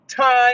time